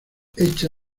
hecha